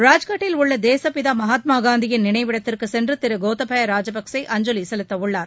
ராஜ்கட்டில் உள்ள தேசுப்பிதா மகாத்மா காந்தியின் நினைவிடத்திற்கு சென்று திரு கோத்தபய ராஜபக்சே அஞ்சலி செலுத்தவுள்ளார்